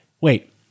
wait